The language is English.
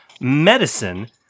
medicine